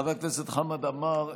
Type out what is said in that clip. חבר הכנסת חמד עמאר,